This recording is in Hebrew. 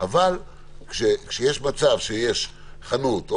אבל כשיש מצב שיש חנות,